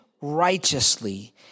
righteously